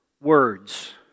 words